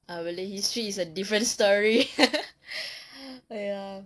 ah really history is a different story ya